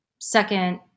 Second